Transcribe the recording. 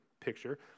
picture